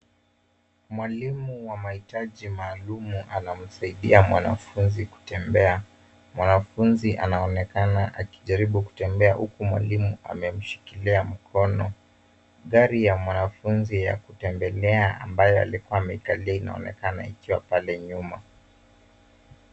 Mwalimu wa mahitaji maalum anamsaidia mwanafuzi kutembea. Mwanafuzi anaonekana akijaribu kutembea uku mwalimu amemshikilia mkono. Gari ya mwanafuzi ya kutembelea ambayo alikuwa amekalia inaonekana ikiwa pale nyuma.